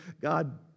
God